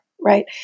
right